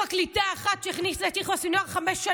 חבר הכנסת עמית הלוי, אנא ממך.